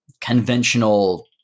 conventional